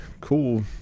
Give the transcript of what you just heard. cool